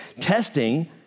testing